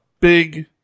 big